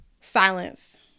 Silence